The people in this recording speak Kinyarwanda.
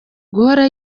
guhora